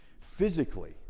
physically